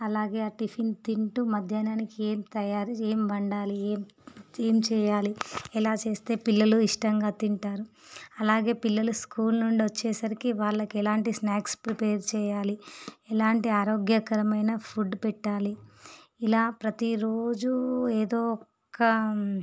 అలాగే ఆ టిఫిన్ తింటూ మధ్యాహ్నానికి ఏమి తయారు ఏమి వండాలి ఏమి ఏమి చేయాలి ఎలా చేస్తే పిల్లలు ఇష్టంగా తింటారు అలాగే పిల్లలు స్కూల్ నుండి వచ్చేసరికి వాళ్ళకి ఎలాంటి స్నాక్స్ ప్రిపేర్ చేయాలి ఎలాంటి ఆరోగ్యకరమైన ఫుడ్ పెట్టాలి ఇలా ప్రతిరోజు ఏదో ఒక